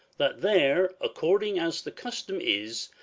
that there, according as the custom is,